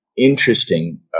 Interesting